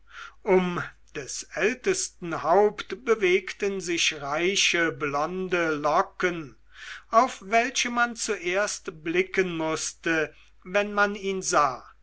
um des ältesten haupt bewegten sich reiche blonde locken auf welche man zuerst blicken mußte wenn man ihn sah